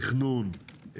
תכנון,